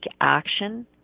action